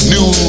New